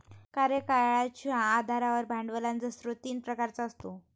कार्यकाळाच्या आधारावर भांडवलाचा स्रोत तीन प्रकारचा असतो